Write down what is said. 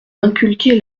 inculquer